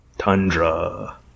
Tundra